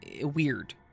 Weird